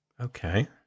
Okay